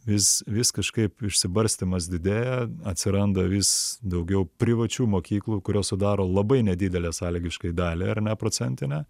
vis vis kažkaip išsibarstymas didėja atsiranda vis daugiau privačių mokyklų kurios sudaro labai nedidelę sąlygiškai dalį ar ne procentinę